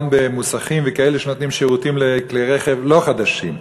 במוסכים וכאלה שנותנים שירותים לכלי רכב לא חדשים.